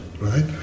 right